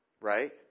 right